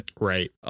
right